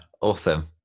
awesome